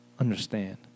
understand